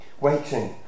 waiting